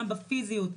גם בפיזיות,